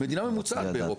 מדינה ממוצעת באירופה.